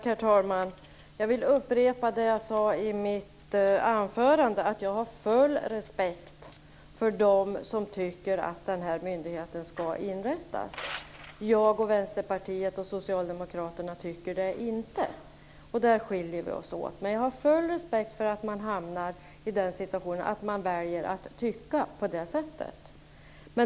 Herr talman! Jag vill upprepa det jag sade i mitt anförande; att jag har full respekt för dem som tycker att den här myndigheten ska inrättas. Jag, Vänsterpartiet och Socialdemokraterna tycker det inte. Där skiljer vi oss åt. Men jag har full respekt för att man hamnar i den situationen att man väljer att tycka på det sättet.